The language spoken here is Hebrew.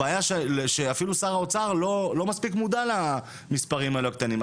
הבעיה שאפילו שר האוצר לא מספיק מודע למספרים האלה הקטנים.